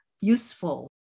useful